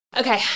Okay